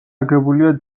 აგებულია